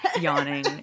yawning